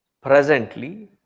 Presently